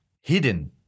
hidden